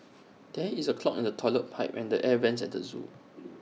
there is A clog in the Toilet Pipe and the air Vents at the Zoo